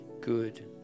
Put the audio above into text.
good